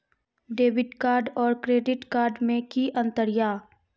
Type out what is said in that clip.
Debit card और credit card मे कि अंतर या?